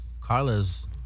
Carla's